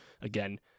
again